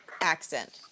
accent